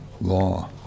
law